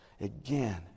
Again